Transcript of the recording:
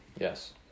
Yes